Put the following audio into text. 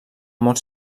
molt